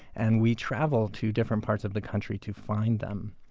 and we travel to different parts of the country to find them,